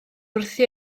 wrthi